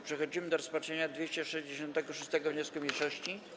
Przechodzimy do rozpatrzenia 266. wniosku mniejszości.